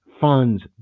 funds